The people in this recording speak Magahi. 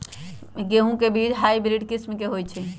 गेंहू के बीज हाइब्रिड किस्म के होई छई?